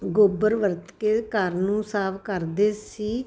ਗੋਬਰ ਵਰਤ ਕੇ ਘਰ ਨੂੰ ਸਾਫ਼ ਕਰਦੇ ਸੀ